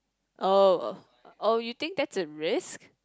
oh oh you think that's a risk